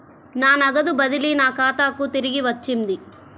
నా నగదు బదిలీ నా ఖాతాకు తిరిగి వచ్చింది